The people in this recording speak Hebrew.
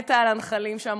מתה על הנחלים שם,